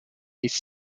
these